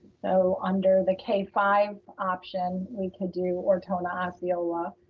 so under the k five option we could do ortona osceola,